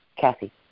Kathy